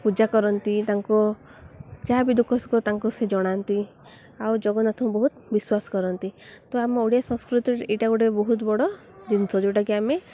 ପୂଜା କରନ୍ତି ତାଙ୍କ ଯାହା ବି ଦୁଃଖ ଶୋକ ତାଙ୍କୁ ସେ ଜଣାନ୍ତି ଆଉ ଜଗନ୍ନାଥଙ୍କୁ ବହୁତ ବିଶ୍ୱାସ କରନ୍ତି ତ ଆମ ଓଡ଼ିଆ ସଂସ୍କୃତିରେ ଏଇଟା ଗୋଟେ ବହୁତ ବଡ଼ ଜିନିଷ ଯେଉଁଟାକି ଆମେ